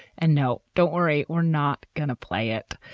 and no, don't worry, we're not gonna play it.